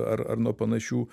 ar ar nuo panašių